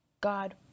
God